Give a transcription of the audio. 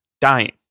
dying